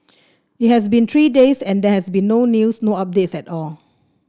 it has been three days and there has been no news no updates at all